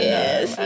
Yes